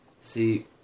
See